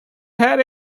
had